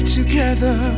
together